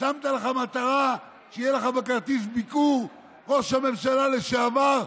שמת לך מטרה שיהיה לך בכרטיס ביקור "ראש הממשלה לשעבר",